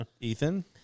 Ethan